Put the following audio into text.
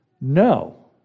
no